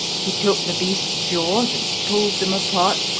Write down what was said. he took the beast's jaws and pulled them apart,